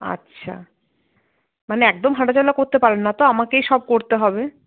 আচ্ছা মানে একদম হাঁটাচলা করতে পারেন না তো আমাকেই সব করতে হবে